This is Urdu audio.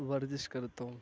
ورزش کرتا ہوں